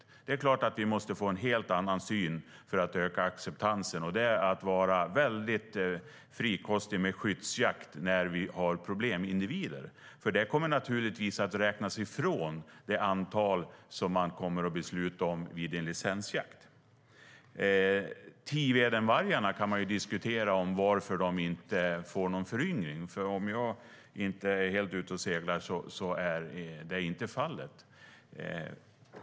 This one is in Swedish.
Man kan ju diskutera varför Tivedenvargarna inte får någon föryngring. Om jag inte är helt ute och seglar är så nämligen inte fallet.